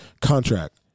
contract